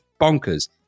bonkers